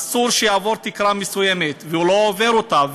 אסור שיעבור תקרה מסוימת, והוא לא עובר אותה.